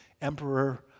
Emperor